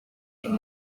ariko